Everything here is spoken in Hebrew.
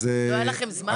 לא היה לכם זמן?